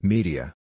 Media